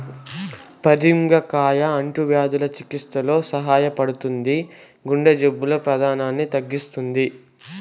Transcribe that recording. పరింగర కాయ అంటువ్యాధుల చికిత్సలో సహాయపడుతుంది, గుండె జబ్బుల ప్రమాదాన్ని తగ్గిస్తుంది